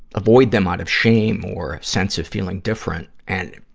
avoid them out of shame or sense of feeling different. and,